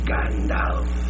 Gandalf